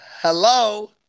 Hello